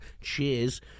Cheers